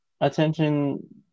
Attention